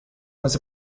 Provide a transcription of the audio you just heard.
was